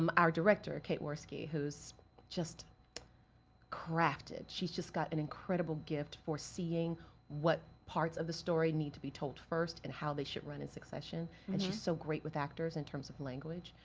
um our director, kate whorisky, who's just crafted, she's just got an incredible gift for seeing what parts of the story need to be told first, and how they should run in secession. and she's so great with actors in terms of langauge.